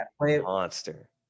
monster